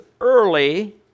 early